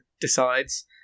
decides